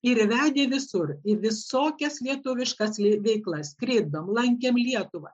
ir vedė visur į visokias lietuviškas veiklas skridom lankėm lietuvą